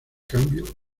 cambio